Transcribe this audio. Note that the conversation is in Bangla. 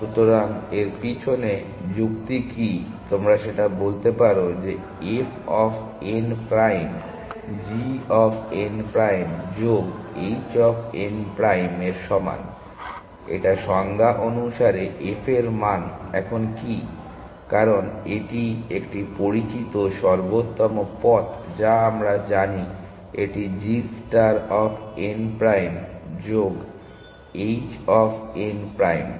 সুতরাং এর পিছনে যুক্তি কি তোমরা সেটা বলতে পারো যে f of n prime g of n prime যোগ h অফ n প্রাইম এর সমান এটা সংজ্ঞা অনুসারে f এর মান এখন কি কারণ এটি একটি পরিচিত সর্বোত্তম পথ যা আমরা জানি এটি g star of n prime যোগ h অফ n প্রাইম